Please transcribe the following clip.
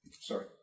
Sorry